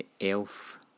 Elf